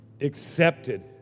accepted